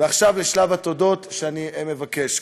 ועכשיו לשלב התודות שאני מבקש.